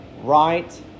Right